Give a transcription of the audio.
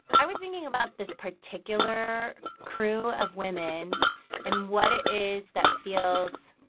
i was thinking about this particular crew of women and what it is that feels